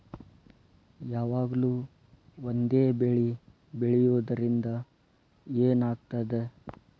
ಯಾವಾಗ್ಲೂ ಒಂದೇ ಬೆಳಿ ಬೆಳೆಯುವುದರಿಂದ ಏನ್ ಆಗ್ತದ?